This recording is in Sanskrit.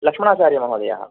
लक्ष्मणाचार्यमहोदयः